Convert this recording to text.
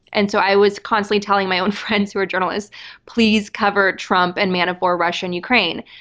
and so i was constantly telling my own friends who were journalists please cover trump and manafort russia and ukraine.